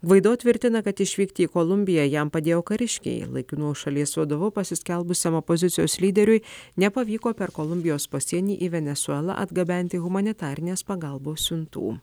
gvaido tvirtina kad išvykti į kolumbiją jam padėjo kariškiai laikinuoju šalies vadovu pasiskelbusiam opozicijos lyderiui nepavyko per kolumbijos pasienį į venesuelą atgabenti humanitarinės pagalbos siuntų